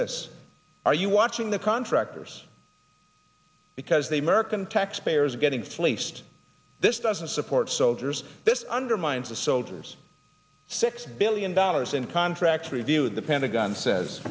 this are you watching the contractors because the american taxpayer is getting fleeced this doesn't support soldiers this undermines the soldiers six billion dollars in contracts reviewed the pentagon says